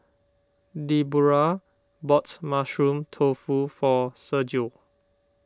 Deborah bought Mushroom Tofu for Sergio